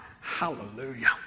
Hallelujah